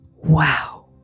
Wow